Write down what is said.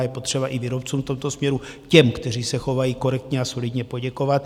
Je potřeba výrobcům v tomto směru těm, kteří se chovají korektně a solidně poděkovat.